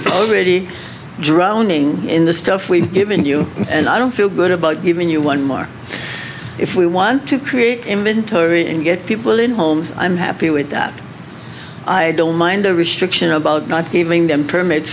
folks already drowning in the stuff we've given you and i don't feel good about giving you one more if we want to create images and get people in homes i'm happy with that i don't mind a restriction about not giving them permits